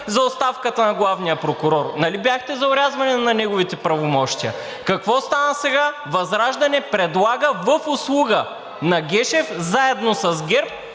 за оставката на главния прокурор? Нали бяхте за орязване на неговите правомощия? Какво стана сега? ВЪЗРАЖДАНЕ предлага в услуга на Гешев, заедно с ГЕРБ,